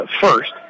first